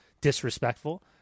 disrespectful